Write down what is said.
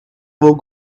will